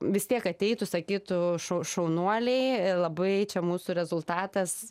vis tiek ateitų sakytų šau šaunuoliai labai čia mūsų rezultatas